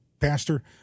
Pastor